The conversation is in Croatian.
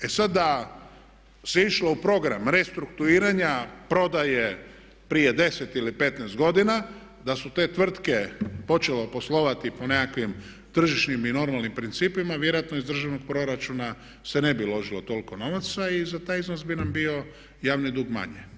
E sad, da se išlo u program restrukturiranja prodaje prije 10 ili 15 godina, da su te tvrtke počele poslovati po nekakvim tržišnim i normalnim principima vjerojatno iz državnog proračuna se ne bi uložilo toliko novaca i za taj iznos bi nam bio javni dug manji.